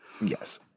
Yes